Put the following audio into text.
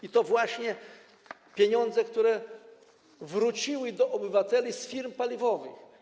I to są właśnie pieniądze, które wróciły do obywateli z firm paliwowych.